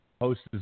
hosts